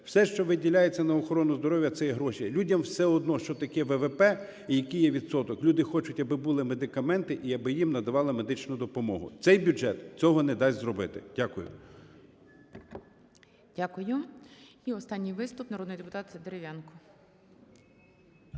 Все, що виділяється на охорону здоров'я, – це є гроші. Людям все одно, що таке ВВП і який є відсоток. Люди хочуть, аби були медикаменти і аби їм надавали медичну допомогу. Цей бюджет цього не дасть зробити. Дякую. ГОЛОВУЮЧИЙ. Дякую. І останній виступ - народний депутат Дерев'янко.